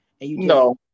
No